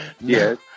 Yes